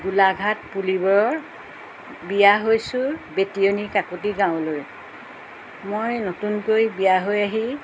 গোলাঘাট পুলিবৰ বিয়া হৈছোঁ বেটিয়নিৰ কাকতি গাঁৱলৈ মই নতুনকৈ বিয়া হৈ আহি